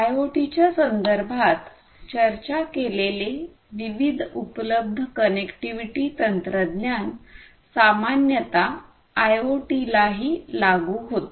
आयओटीच्या संदर्भात चर्चा केलेले विविध उपलब्ध कनेक्टिव्हिटी तंत्रज्ञान सामान्यत आयआयओटीलाही लागू होते